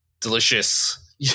delicious